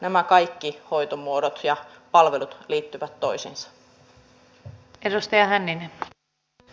nämä kaikki hoitomuodot ja palvelut liittyvät toisiinsa